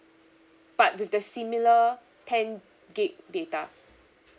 but with the similar ten gig data